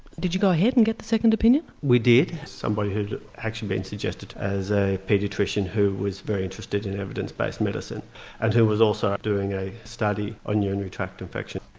did you go ahead and get the second opinion? we did, somebody who'd actually been suggested as a paediatrician who was very interested in evidence based medicine and who was also doing a study on urinary tract infection.